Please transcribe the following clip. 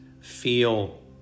feel